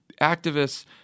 activists